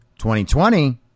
2020